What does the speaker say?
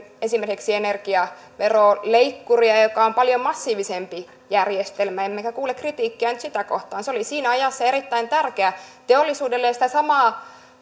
esimerkiksi energiaveroleikkuria joka on paljon massiivisempi järjestelmä emmekä kuule kritiikkiä nyt sitä kohtaan se oli siinä ajassa erittäin tärkeä teollisuudelle ja sitä samaa